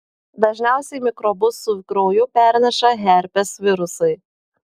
dažniausiai mikrobus su krauju perneša herpes virusai